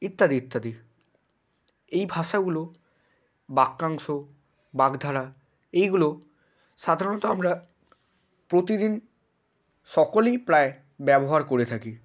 ইত্যাদি ইত্যাদি এই ভাষাগুলো বাক্যাংশ বাগধারা এইগুলো সাধারণত আমরা প্রতিদিন সকলেই প্রায় ব্যবহার করে থাকি